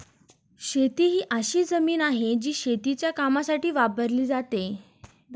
शेती ही अशी जमीन आहे, जी शेतीच्या कामासाठी वापरली जाते